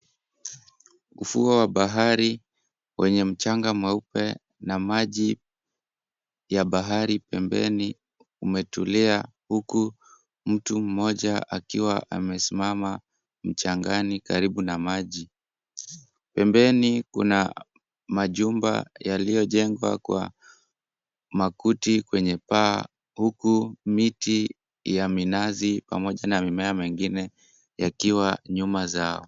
Ufuo wa bahari wenye mchanga mweupe na maji ya bahari pembeni umetulia huku mtu mmoja akiwa amesimama mchangani karibu na maji. Pembeni kuna majumba yaliyojengwa kwa makuti kwenye paa, huku miti ya minazi pamoja na mimea mingine yakiwa nyuma zao.